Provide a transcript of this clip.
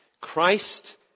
Christ